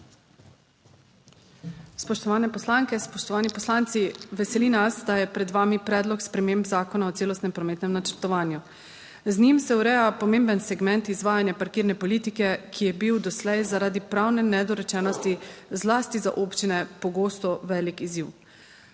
Spoštovane poslanke, spoštovani poslanci. Veseli nas, da je pred vami predlog sprememb Zakona o celostnem prometnem načrtovanju. Z njim se ureja pomemben segment izvajanja parkirne politike, ki je bil doslej zaradi pravne nedorečenosti zlasti za občine pogosto velik izziv.